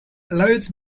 always